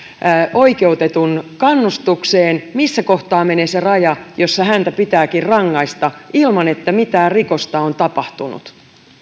oikeutetun kannustukseen missä kohtaa menee se raja jossa häntä pitääkin rangaista ilman että mitään rikosta on tapahtunut